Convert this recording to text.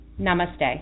Namaste